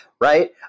Right